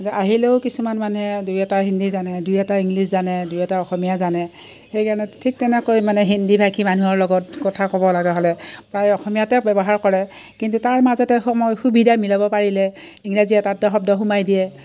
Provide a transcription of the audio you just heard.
আহিলেও কিছুমান মানুহে দুই এটা হিন্দী জানে দুই এটা ইংলিছ জানে দুই এটা অসমীয়া জানে সেইকাৰণে ঠিক তেনেকৈ মানে হিন্দীভাষী মানুহৰ লগত কথা ক'ব লগা হ'লে প্ৰায় অসমীয়াতে ব্যৱহাৰ কৰে কিন্তু তাৰ মাজতে সময় সুবিধা মিলাব পাৰিলে ইংৰাজী এটা দুটা শব্দ সোমাই দিয়ে